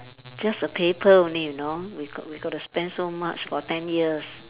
just a paper only you know we got we got to spend so much for ten years